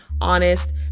honest